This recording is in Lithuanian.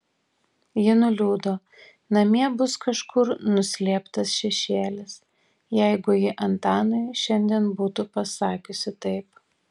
ji nuliūdo namie bus kažkur nuslėptas šešėlis jeigu ji antanui šiandien būtų pasakiusi taip